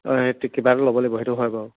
অঁ সেই কিবা এটা ল'ব লাগিব সেইটো হয় বাৰু